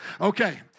Okay